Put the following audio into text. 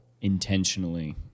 intentionally